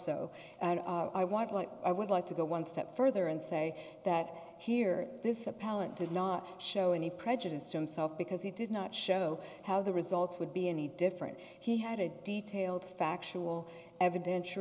so and i want like i would like to go one step further and say that here this appellant did not show any prejudiced himself because he did not show how the results would be any different he had a detailed factual eviden